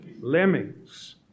Lemmings